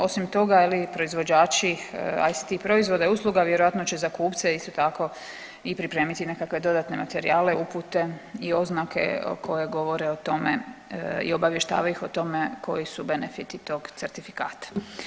Osim toga proizvođači ICT proizvoda i usluga vjerojatno će za kupce isto tako i pripremiti nekakve dodatne materijale, upute i oznake koje govore o tome i obavještavaju ih o tome koji su benefiti tog certifikata.